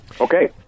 Okay